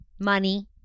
money